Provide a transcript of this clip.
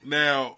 now